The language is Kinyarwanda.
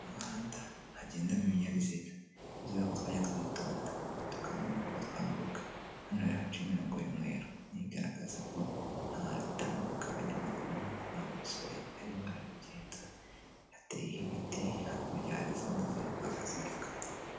Mu muhanda hagendamo ibinyabiziga, ni byiza ko twajya twitonda, tukamenya uko twambuka, hano rero haciye imirongo y'umweru, ni yo igaragaza ko hatambuka abanyamaguru, nk'uko uriya musore arimo arabigenza, yateyeho ibiti, hakurya hari izindi ziri kuza zirukanka.